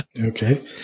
okay